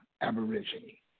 aborigine